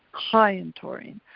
high in taurine.